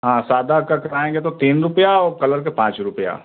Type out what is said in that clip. हाँ सादा कर करवाएँगे तो तीन रुपये और कलर के पाँच रुपये